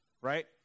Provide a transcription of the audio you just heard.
right